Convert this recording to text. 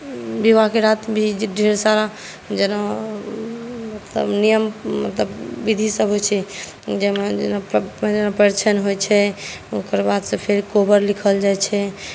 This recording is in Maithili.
विवाहके राति भी ढ़ेर सारा मतलब नियम मतलब विधि सभ होइ छै जाहिमे जेना परिछन होइ छै ओकर बादसँ फेर कोबर लिखल जाइ छै